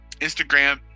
Instagram